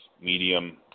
Medium